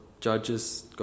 judges